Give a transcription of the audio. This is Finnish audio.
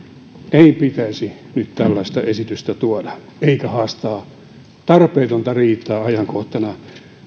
ei pitäisi nyt tällaista esitystä tuoda eikä haastaa tarpeetonta riitaa ajankohtana